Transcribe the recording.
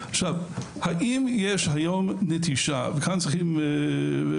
האם יש היום נטישה של המון מורים?